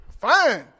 Fine